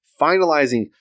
finalizing